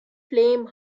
flame